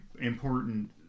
important